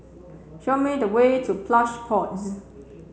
show me the way to Plush Pods